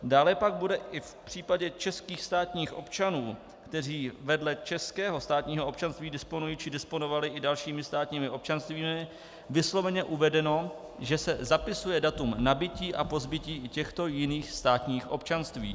Dále pak bude i v případě českých státních občanů, kteří vedle českého státního občanství disponují či disponovali i dalšími státními občanstvími, vysloveně uvedeno, že se zapisuje datum nabytí a pozbytí i těchto jiných státních občanství.